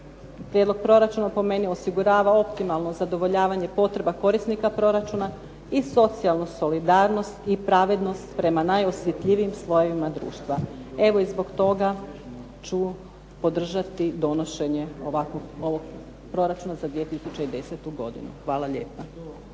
prijedlog proračuna po meni osigurava optimalno zadovoljavanje potreba korisnika proračuna i socijalnu solidarnost i pravednost prema najosjetljivijim slojevima društva. Evo i zbog toga ću podržati donošenje ovog Proračuna za 2010. godinu. Hvala lijepa.